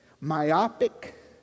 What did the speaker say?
myopic